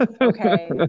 Okay